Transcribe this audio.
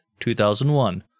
2001